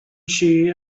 she